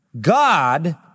God